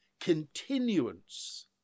continuance